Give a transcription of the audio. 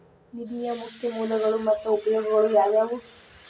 ನಿಧಿಯ ಮುಖ್ಯ ಮೂಲಗಳು ಮತ್ತ ಉಪಯೋಗಗಳು ಯಾವವ್ಯಾವು?